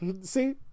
See